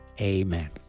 Amen